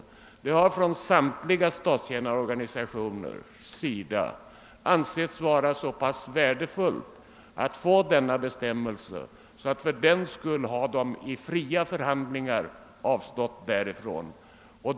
Det har från samtliga statstjänarorganisationers sida ansetts vara så pass värdefullt att få denna bestämmelse, att de fördenskull i fria förhandlingar avstått från motsvarande löneökning.